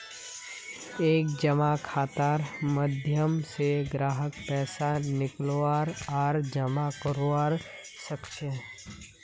एक जमा खातार माध्यम स ग्राहक पैसा निकलवा आर जमा करवा सख छ